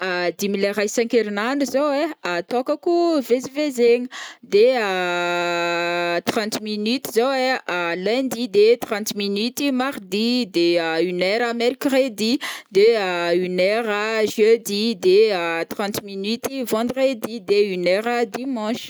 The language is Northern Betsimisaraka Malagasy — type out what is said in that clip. Dimy lera isakerinandro zao ai atôkako ivezivezegna, de trente minute zao e a lundi, de trente minute mardi, de une heure mercredi, de une heure jeudi, de trente minute vendredi, de une heure dimanche.